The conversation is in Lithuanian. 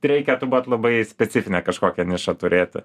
reikia turbūt labai specifinę kažkokią nišą turėti